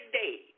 day